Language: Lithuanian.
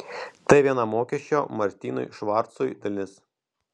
tai viena mokesčio martinui švarcui dalis